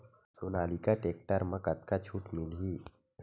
Sonalika tractor म कतका छूट मिलही?